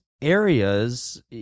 areas